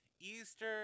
Easter